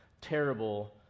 terrible